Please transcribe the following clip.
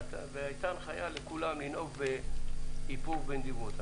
הייתה הנחיה לכולם לנהוג באיפוק ונדיבות.